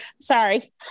sorry